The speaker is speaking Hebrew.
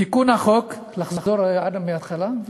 תיקון החוק, לחזור, אגב, מההתחלה?